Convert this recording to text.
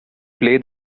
play